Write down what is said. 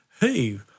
hey